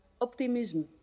Optimisme